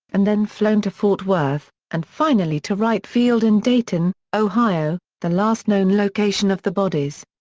and then flown to fort worth, and finally to wright field in dayton, ohio, the last known location of the bodies.